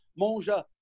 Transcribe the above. Monja